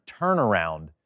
turnaround